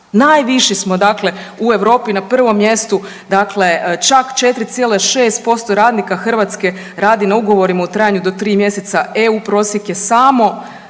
najviši smo dakle u Europi, na 1. mjestu, dakle čak 4,6% radnika Hrvatske radi na ugovorima u trajanju do 3 mjeseca, EU prosjek je samo